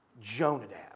Jonadab